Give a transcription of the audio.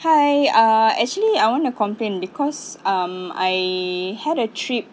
hi uh actually I want to complain because um I had a trip